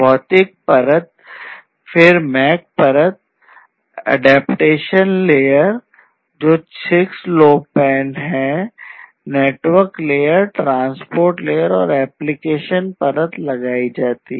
भौतिक परत फिर मैक परत अनुकूलन परत जो 6LWPAN है नेटवर्क परत ट्रांसपोर्ट परत और एप्लीकेशन परत लगाई जाती है